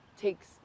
takes